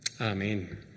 Amen